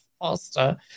faster